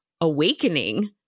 awakening